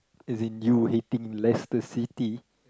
as in you hating Leicester-City